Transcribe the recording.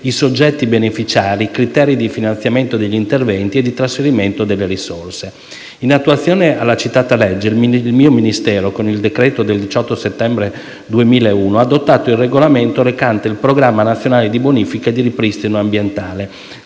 i soggetti beneficiari, i criteri di finanziamento degli interventi e il trasferimento delle risorse. In attuazione della citata legge il mio Ministero, con decreto del 18 settembre 2001, ha adottato il regolamento recante il Programma nazionale di bonifica e di ripristino ambientale,